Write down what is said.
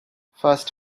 first